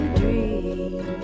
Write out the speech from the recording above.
dream